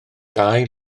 dau